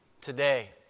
today